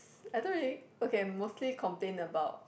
I don't really okay I mostly complain about